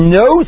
no